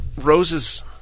roses